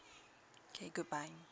okay goodbye